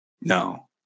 no